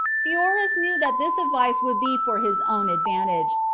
pheroras knew that this advice would be for his own advantage,